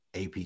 AP